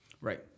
Right